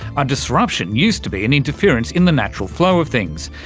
a disruption used to be an interference in the natural flow of things.